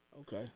Okay